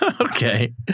Okay